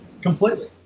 completely